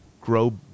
grow